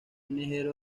ligero